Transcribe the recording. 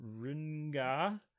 Runga